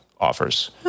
offers